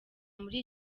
muri